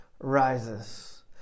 rises